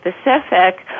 specific